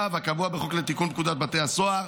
לתיקון פקודת בתי הסוהר